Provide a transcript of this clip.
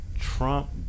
Trump